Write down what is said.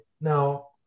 Now